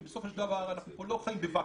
כי בסופו של דבר אנחנו פה לא חיים בוואקום.